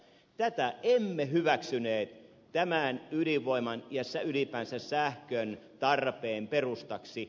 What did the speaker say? tätä emme hyväksyneet tämän ydinvoiman ja ylipäänsä sähköntarpeen perustaksi